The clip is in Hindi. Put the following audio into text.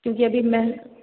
क्योंकि अभी मैं